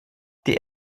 die